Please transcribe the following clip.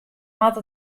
moat